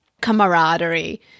camaraderie